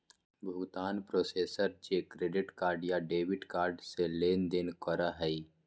भुगतान प्रोसेसर जे credit card या डेबिट कार्ड से लेनदेन करो हइ